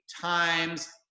times